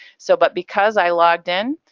so but because i logged in,